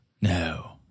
No